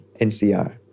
NCR